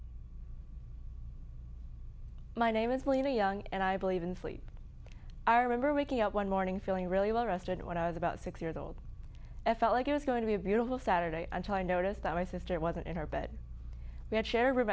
my name is lena young and i believe in sleep i remember waking up one morning feeling really low rested when i was about six years old f l like it was going to be a beautiful saturday until i noticed that my sister wasn't in her bed we had share